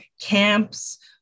camps